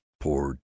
poor